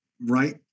right